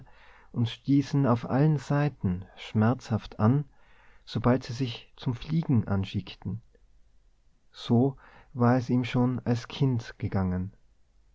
und stießen auf allen seiten schmerzhaft an sobald sie sich zum fliegen anschickten so war es ihm schon als kind gegangen